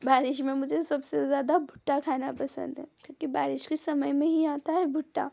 बारिश में मुझे सबसे ज्यादा भुट्टा खाना पसंद है क्योंकि बारिश के समय में ही आता है भुट्टा